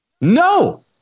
No